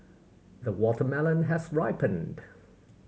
the watermelon has ripened